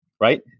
right